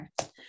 okay